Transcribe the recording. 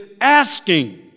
asking